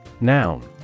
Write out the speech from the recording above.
Noun